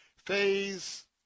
Phase